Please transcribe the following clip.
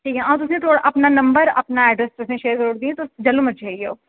अंऊ तुसेंगी अपना नंबर अपना ए़ड्रेस शेयर करी ओड़गी ते तुस जेलूं मर्जी आई जाओ